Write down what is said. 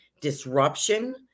disruption